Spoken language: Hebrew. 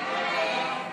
הסתייגות 19